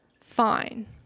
fine